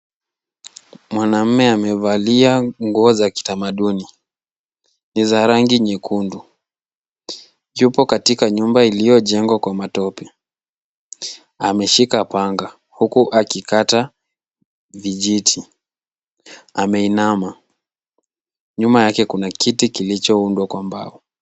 Mwanamume amevalia nguo za kitamaduni. Ni za rangi nyekundu. Yupo katika nyumba iliyojengwa kwa matope. Ameshika panga huku akikata vijiti, ameinama. Nyuma yake kuna kiti kilichoundwa kwa mbao.